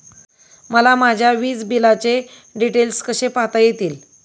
मला माझ्या वीजबिलाचे डिटेल्स कसे पाहता येतील?